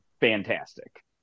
fantastic